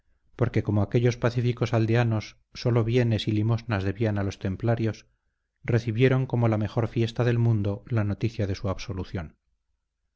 porque como aquellos pacíficos aldeanos sólo bienes y limosnas debían a los templarios recibieron como la mejor fiesta del mundo la noticia de su absolución